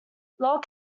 lower